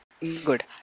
Good